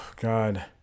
God